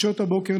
בשעות הבוקר,